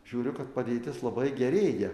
žiūriu kad padėtis labai gerėja